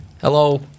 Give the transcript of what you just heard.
Hello